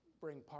bring